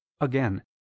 again